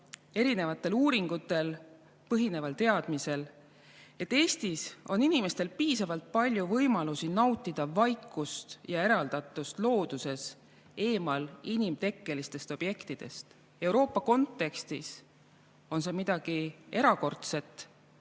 erinevatele uuringutele on meil teadmine, et Eestis on inimestel piisavalt palju võimalusi nautida vaikust ja eraldatust looduses, eemal inimtekkelistest objektidest. Euroopa kontekstis on see midagi erakordset,